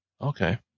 Okay